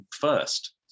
first